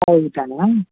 ಹೌದಾ ಮ್ಯಾಮ್